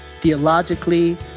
theologically